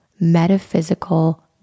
metaphysical